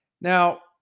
Now